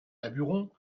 daburon